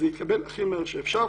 זה יתקבל הכי מהר שאפשר,